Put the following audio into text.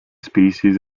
species